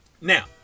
Now